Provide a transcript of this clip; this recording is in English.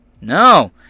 No